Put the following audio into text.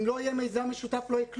אם לא יהיה מיזם משותף לא יהיה כלום.